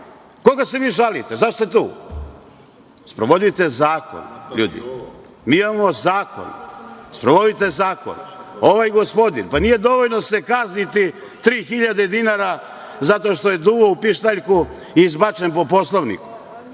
Koga vi žalite? Zašto ste tu? Sprovodite zakon, ljudi. Mi imamo zakon, sprovodite zakon. Ovaj gospodin, pa nije dovoljno kazniti sa 3.000 dinara zato što je duvao u pištaljku i izbačen po Poslovniku.